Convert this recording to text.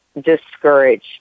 discouraged